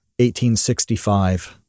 1865